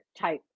type